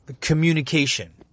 communication